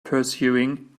pursuing